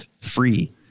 free